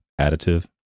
additive